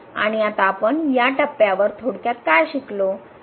आणि आता आपण या टप्प्यावर थोडक्यात काय शिकलो